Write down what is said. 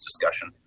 discussion